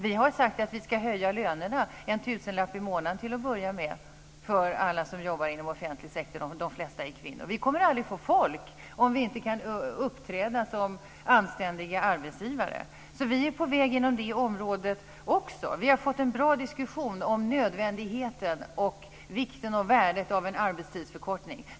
Vi har sagt att vi ska höja lönerna - en tusenlapp i månaden till att börja med - för alla som jobbar inom offentlig sektor. De flesta av dessa är kvinnor. Vi kommer aldrig att få folk om vi inte kan uppträda som anständiga arbetsgivare. Vi är alltså på väg inom det området också. Vi har fått en bra diskussion om nödvändigheten, vikten och värdet av en arbetstidsförkortning.